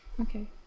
Okay